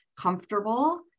comfortable